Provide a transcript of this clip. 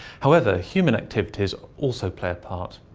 however, human activities also play a part.